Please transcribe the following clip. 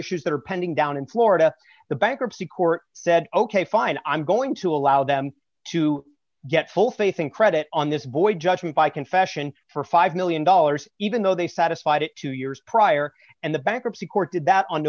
issues that are pending down in florida the bankruptcy court said ok fine i'm going to allow them to get full faith in credit on this boy judgment by confession for five million dollars even though they satisfied it two years prior and the bankruptcy court did that on